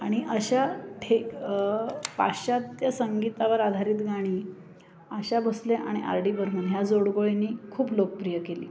आणि अशा ठेका पाश्चात्य संगीतावर आधारित गाणी आशा भोसले आणि आर डी बर्मन ह्या जोडगोळीने खूप लोकप्रिय केली